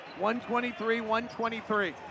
123-123